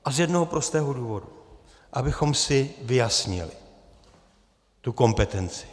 A z jednoho prostého důvodu abychom si vyjasnili tu kompetenci.